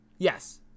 Yes